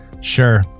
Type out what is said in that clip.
sure